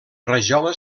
rajola